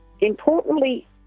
importantly